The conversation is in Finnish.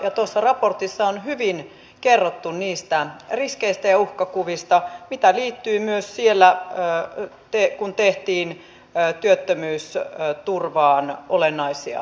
tuossa raportissa on hyvin kerrottu niistä riskeistä ja uhkakuvista mitä liittyy myös siellä ja yhteen kun tehtiin ja työttömyysturvaan tehtyihin olennaisiin muutoksiin